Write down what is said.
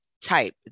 type